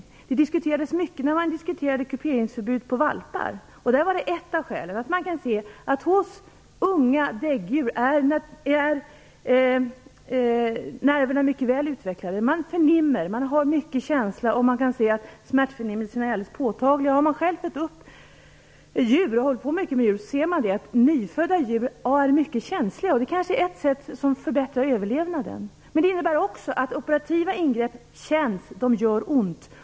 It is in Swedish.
Det frågan diskuterades mycket i samband med debatten om förbud mot kupering av valpar. Ett av skälen härtill var att nerverna hos unga däggdjur är mycket väl utvecklade. Djuren känner smärta, och smärtförnimmelserna är mycket påtagliga. Den som själv fött upp och sysslat mycket med djur vet att nyfödda djur är mycket känsliga, något som kanske gör deras möjligheter till överlevnad större. Men det innebär också att operativa ingrepp känns - de gör ont.